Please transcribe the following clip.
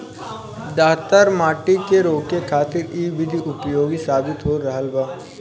दहतर माटी के रोके खातिर इ विधि उपयोगी साबित हो रहल बा